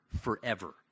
forever